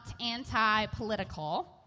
anti-political